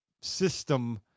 system